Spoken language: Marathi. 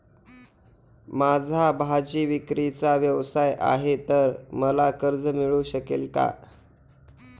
माझा भाजीविक्रीचा व्यवसाय आहे तर मला कर्ज मिळू शकेल का?